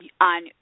on